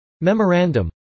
Memorandum